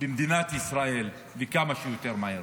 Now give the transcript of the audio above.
במדינת ישראל, וכמה שיותר מהר.